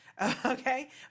Okay